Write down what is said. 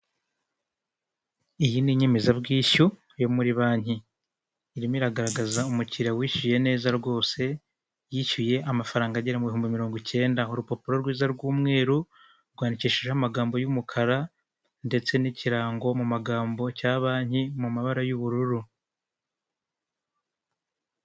Iyi ni inyemezabwishyu yo muri banki. Irimo iragaragaza umukiriya wishyuye neza rwose, yishyuye amafaranga agera mu bihumbi mirongo icyenda. Urupapuro rwiza rw'umweru, rwandikishijeho amagambo y'umukara ndetse n'ikirango mu magambo cya banki mu mabara y'ubururu.